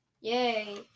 Yay